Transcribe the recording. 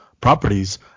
properties